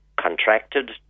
contracted